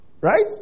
Right